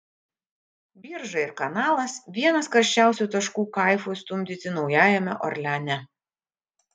birža ir kanalas vienas karščiausių taškų kaifui stumdyti naujajame orleane